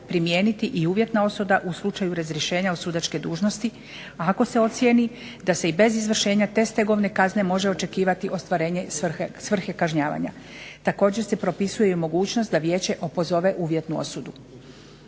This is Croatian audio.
primijeniti i uvjetna osuda u slučaju razrješenja od sudačke dužnosti ako se ocijeni da se bez izvršenja te stegovne kazne može očekivati ostvarenje svrhe kažnjavanja. Također se propisuje mogućnost da vijeće opozove uvjetnu osudu.